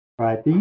Right